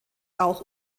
auch